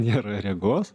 nėra regos